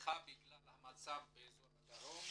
ונדחה בגלל המצב באזור הדרום.